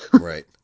Right